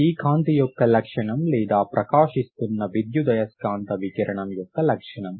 ఇది కాంతి యొక్క లక్షణం లేదా ప్రకాశిస్తున్న విద్యుదయస్కాంత వికిరణం యొక్క లక్షణం